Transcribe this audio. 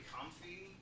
comfy